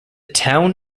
town